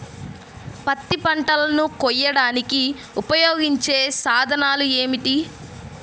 పత్తి పంటలను కోయడానికి ఉపయోగించే సాధనాలు ఏమిటీ?